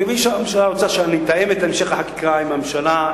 אני מבין שהממשלה רוצה שאני אתאם את המשך החקיקה עם הממשלה.